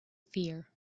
fear